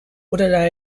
oder